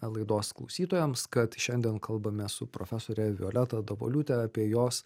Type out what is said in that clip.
laidos klausytojams kad šiandien kalbame su profesore violeta davoliūte apie jos